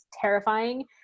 terrifying